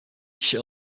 kişi